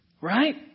Right